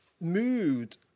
Mood